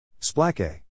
Splake